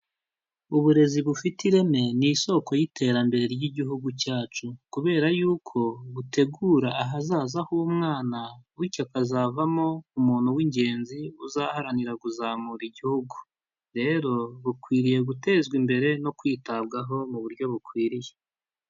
Uburezi bufite ireme ni isoko y'iterambere ry'igihugu cyacu. Kubera yuko butegura ahazaza h'umwana, butyo akazavamo umuntu w'ingenzi uzaharanira kuzamura igihugu. Rero bukwiriye gutezwa imbere no kwitabwaho mu buryo bukwiriye.